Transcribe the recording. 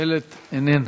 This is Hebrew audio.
איילת איננה,